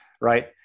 right